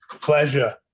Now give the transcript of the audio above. pleasure